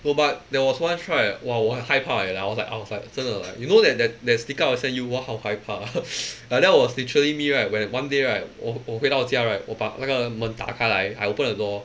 oh but there was once right !wah! 我很害怕 eh I was like I was like 真的 like you know that that that sticker I always send you 我好害怕 ya that was literally me right when one day right 我我回到家 right 我把那个门打开来 I open the door